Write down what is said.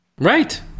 right